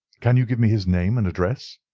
can you give me his name and address?